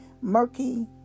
murky